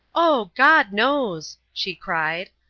oh, god knows! she cried.